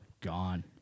Gone